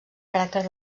caràcter